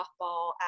softball